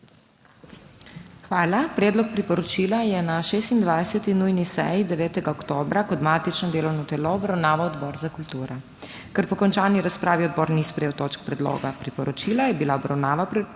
Hvala. Predlog priporočila je na 26. nujni seji 9. oktobra kot matično delovno telo obravnaval Odbor za kulturo. Ker po končani razpravi odbor ni sprejel točk predloga priporočila, je bila obravnava predloga